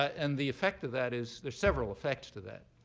and the effect of that is there's several effects to that.